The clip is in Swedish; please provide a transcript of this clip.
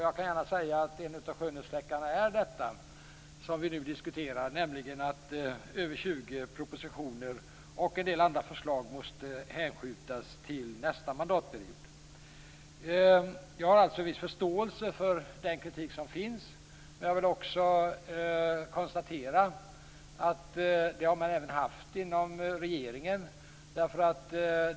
Jag kan gärna säga en av skönhetsfläckarna är detta som vi nu diskuterar, nämligen att över 20 propositioner och en del andra förslag måste hänskjutas till nästa mandatperiod. Jag har alltså viss förståelse för den kritik som finns. Jag vill också konstatera att det har man även haft inom regeringen.